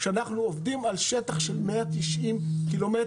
שאנחנו עובדים על שטח של 190 קילומטרים,